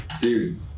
Dude